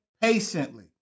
Patiently